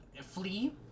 flee